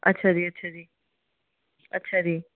ਅੱਛਾ ਜੀ ਅੱਛਾ ਜੀ ਅੱਛਾ ਜੀ